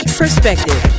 perspective